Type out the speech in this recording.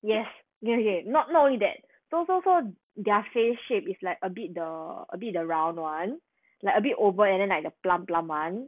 yes ya ya okay not only that so so their face shape is like a bit the a bit the round [one] like a bit oval and then like the plump plump [one]